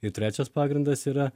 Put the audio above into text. ir trečias pagrindas yra